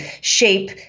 shape